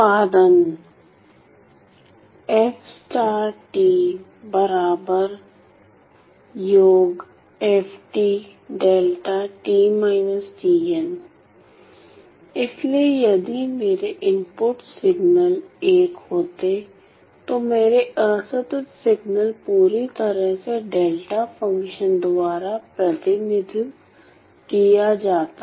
उत्पादन इसलिए यदि मेरे इनपुट सिग्नल एक होते तो मेरे असतत सिग्नल पूरी तरह से डेल्टा फ़ंक्शन द्वारा प्रतिनिधित्व किया जाता